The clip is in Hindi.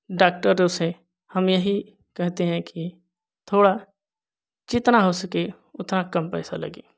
डॉक्टरों से हम यही कहते हैं कि थोड़ा जितना हो सके उतना कम पैसा लगे